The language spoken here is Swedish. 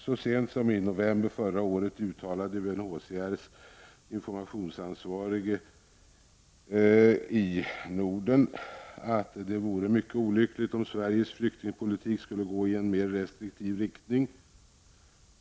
Så sent som i november förra året uttalade UNHCR:s informationsansvarige i Norden att det vore mycket olyckligt om Sveriges flyktingpolitik skulle gå i en mer restriktiv riktning.